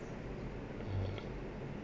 uh